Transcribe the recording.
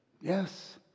Yes